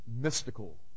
mystical